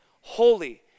holy